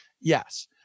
Yes